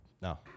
No